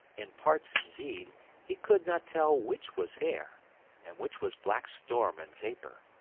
in parts indeed he could not tell which was hair and which was black storm and vapour.